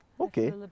okay